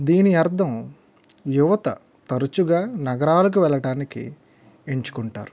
దీని అర్ధం యువత తరచుగా నగరాలకు వెళ్ళటానికి ఎంచుకుంటారు